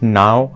now